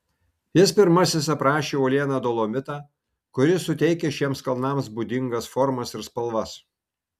jis pirmasis aprašė uolieną dolomitą kuris suteikia šiems kalnams būdingas formas ir spalvas